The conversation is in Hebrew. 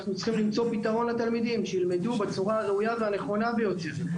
אנחנו צריכים למצוא פתרון לתלמידים-שילמדו בצורה הנכונה והראויה ביותר.